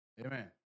Amen